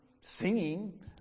singing